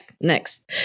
next